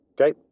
Okay